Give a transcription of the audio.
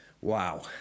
Wow